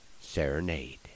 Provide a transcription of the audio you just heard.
serenade